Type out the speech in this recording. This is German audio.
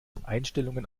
einstellungen